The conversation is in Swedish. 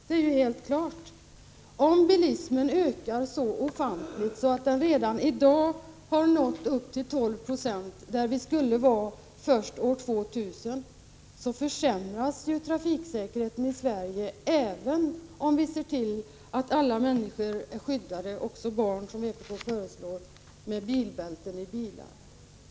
Det är alldeles klart att om bilismen ökar så ofantligt att den redan i dag har fått den omfattning som den beräknats ha år 2000, försämras trafiksäkerhe ten i Sverige, även om vi ser till att alla människor är skyddade med bilbälten — också barn, som vpk föreslår.